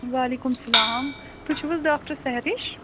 وعلیکُم سَلام تُہۍ چھِو حظ ڈاکٹر سہرِش